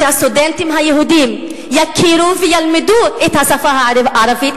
שהסטודנטים היהודים יכירו וילמדו את השפה הערבית,